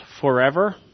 forever